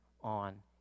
on